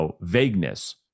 vagueness